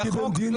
כי החוק,